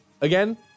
Again